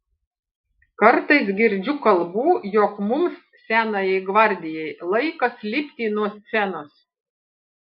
kartais girdžiu kalbų jog mums senajai gvardijai laikas lipti nuo scenos